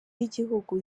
w’igihugu